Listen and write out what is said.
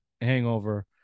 hangover